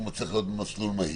שהוא מצליח להיות במסלול מהיר.